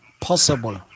possible